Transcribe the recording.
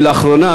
כי לאחרונה,